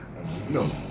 No